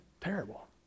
terrible